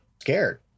scared